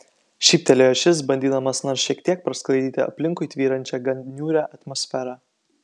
šyptelėjo šis bandydamas nors šiek tiek prasklaidyti aplinkui tvyrančią gan niūrią atmosferą